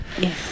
Yes